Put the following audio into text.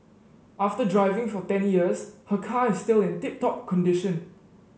after driving for ten years her car is still in tip top condition